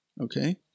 Okay